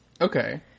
Okay